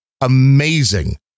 amazing